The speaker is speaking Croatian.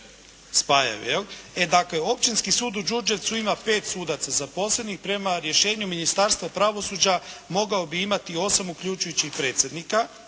spajaju jel'. Dakle Općinski sud u Đurđevcu ima pet sudaca zaposlenih prema rješenju Ministarstvu pravosuđa mogao bi imati osam uključujući i predsjednika.